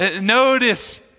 Notice